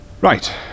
Right